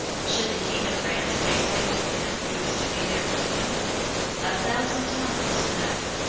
should the king of france dictate to them who was to be their king? a thousand times no.